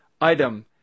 Item